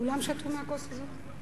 כולם שתו מהכוס הזאת?